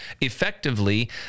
effectively